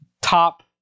Top